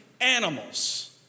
animals